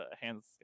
hands